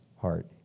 heart